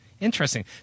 Interesting